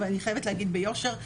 אבל אני חייבת להגיד ביושר,